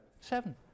Seven